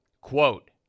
quote